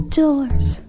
doors